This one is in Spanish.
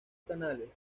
canales